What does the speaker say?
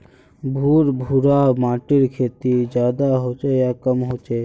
भुर भुरा माटिर खेती ज्यादा होचे या कम होचए?